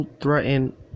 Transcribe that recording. threaten